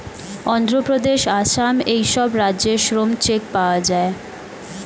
অন্ধ্রপ্রদেশ, আসাম এই সব রাজ্যে শ্রম চেক পাওয়া যায়